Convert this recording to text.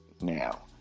now